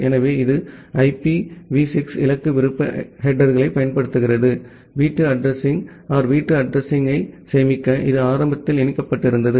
எனவே இது இந்த IPv6 இலக்கு விருப்ப ஹெடேர்களைப் பயன்படுத்துகிறது வீட்டு அட்ரஸிங் வீட்டு அட்ரஸிங்யை சேமிக்க இது ஆரம்பத்தில் இணைக்கப்பட்டிருந்தது